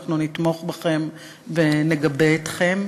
אנחנו נתמוך בכם ונגבה אתכם.